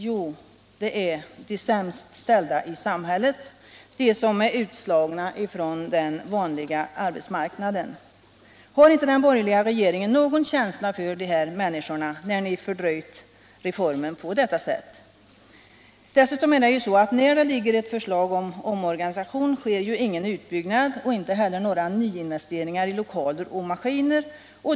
Jo, det är de sämst ställda i samhället, de som är utslagna från den vanliga arbetsmarknaden. Har inte den borgerliga regeringen någon känsla för dessa människor när ni fördröjt reformen på detta sätt? Dessutom är det så att när det föreligger ett förslag till omorganisation sker ju ingen utbyggnad och icke heller några nyinvesteringar i lokaler och maskiner.